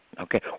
okay